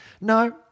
no